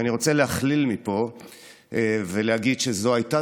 אני רוצה להכליל מפה ולהגיד שזאת הייתה